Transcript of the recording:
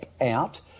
Out